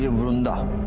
yeah vrunda